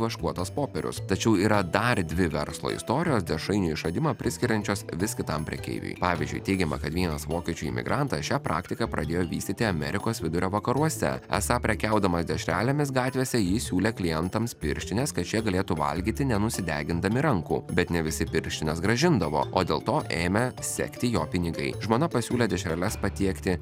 vaškuotas popierius tačiau yra dar dvi verslo istorijos dešrainio išradimą priskiriančios vis kitam prekeiviui pavyzdžiui teigiama kad vienas vokiečių imigrantas šią praktiką pradėjo vystyti amerikos vidurio vakaruose esą prekiaudamas dešrelėmis gatvėse jis siūlė klientams pirštines kad šie galėtų valgyti nenusidegindami rankų bet ne visi pirštines grąžindavo o dėl to ėmė sekti jo pinigai žmona pasiūlė dešreles patiekti